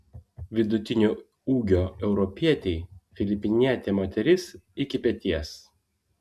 vidutinio ūgio europietei filipinietė moteris iki peties